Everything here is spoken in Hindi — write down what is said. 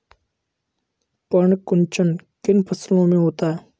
पर्ण कुंचन किन फसलों में होता है?